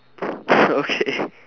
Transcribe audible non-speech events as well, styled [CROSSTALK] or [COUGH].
[BREATH] okay [BREATH]